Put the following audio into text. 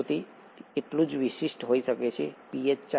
તે તે એટલું જ વિશિષ્ટ હોઈ શકે છે પીએચ 4